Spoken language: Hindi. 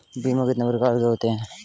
बीमा कितने प्रकार के होते हैं?